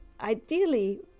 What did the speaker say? Ideally